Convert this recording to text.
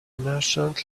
merchant